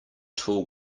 tall